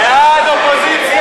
ההסתייגויות